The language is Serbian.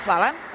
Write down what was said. Hvala.